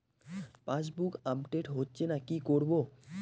Passbook update হচ্ছেনা কি করবো?